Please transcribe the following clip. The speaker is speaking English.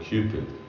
Cupid